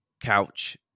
couch